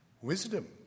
Wisdom